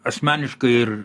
asmeniška ir